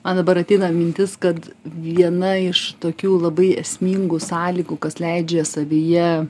man dabar ateina mintis kad viena iš tokių labai esmingų sąlygų kas leidžia savyje